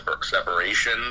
separation